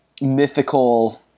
mythical